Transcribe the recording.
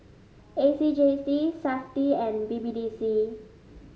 A C J C Safti and B B D C